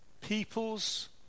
peoples